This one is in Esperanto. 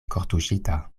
kortuŝita